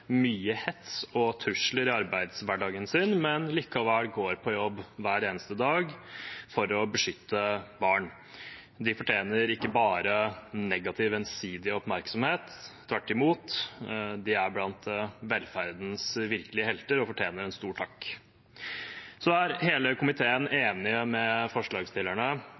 mye hets og trusler i arbeidshverdagen sin, men likevel går på jobb hver eneste dag for å beskytte barn. De fortjener ikke bare ensidig negativ oppmerksomhet, tvert imot, de er blant velferdens virkelige helter og fortjener en stor takk. Hele komiteen er enig med forslagsstillerne